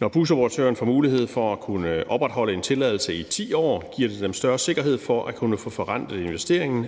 Når busoperatøren får mulighed for at kunne opretholde en tilladelse i 10 år, giver det dem større sikkerhed for at kunne få forrentet investeringen